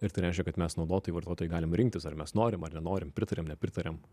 ir tai reiškia kad mes naudotojai vartotojai galim rinktis ar mes norim ar nenorim pritariam nepritariam